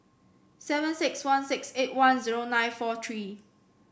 seven six one six eight one zero nine four three